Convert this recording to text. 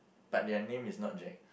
but their name is not Jack